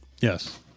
Yes